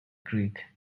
greek